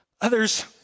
Others